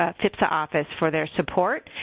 ah fvpsa office for their support.